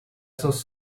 seus